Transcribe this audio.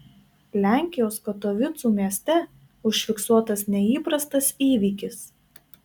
lenkijos katovicų mieste užfiksuotas neįprastas įvykis